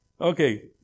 Okay